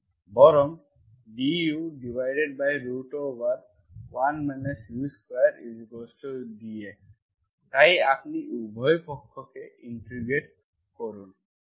বরং du1 u2 dx তাই আপনি উভয় পক্ষকে ইন্টিগ্রেট করেন ঠিক আছে dx